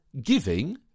giving